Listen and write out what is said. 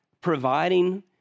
providing